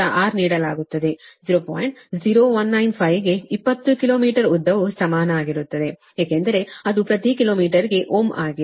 0195 ಗೆ 20 ಕಿಲೋಮೀಟರ್ ಉದ್ದವು ಸಮಾನವಾಗಿರುತ್ತದೆ ಏಕೆಂದರೆ ಅದು ಪ್ರತಿ ಕಿಲೋಮೀಟರಿಗೆ ಓಮ್ ಆಗಿದೆ